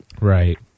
Right